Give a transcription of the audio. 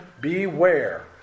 beware